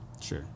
Sure